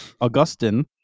Augustine